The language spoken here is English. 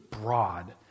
broad